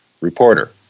Reporter